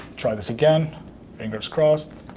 try this again fingers crossed.